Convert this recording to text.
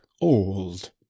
old